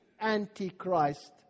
antichrist